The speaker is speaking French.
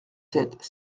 sept